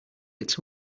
its